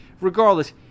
Regardless